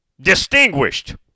distinguished